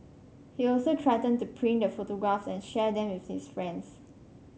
he also threatened to print the photographs and share them with his friends